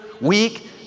weak